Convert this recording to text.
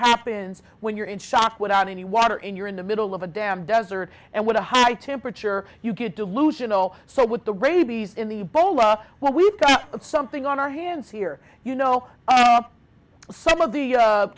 happens when you're in shock without any water and you're in the middle of a damn desert and with a high temperature you get delusional so with the rabies in the bola well we've got something on our hands here you know some of the